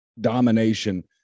domination